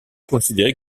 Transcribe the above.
considéré